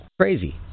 Crazy